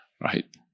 right